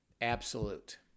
absolute